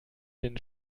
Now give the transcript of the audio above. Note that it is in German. den